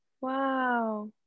Wow